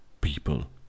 people